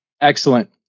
Excellent